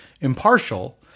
impartial